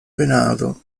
penado